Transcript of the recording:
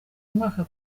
mwaka